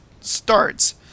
starts